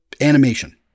animation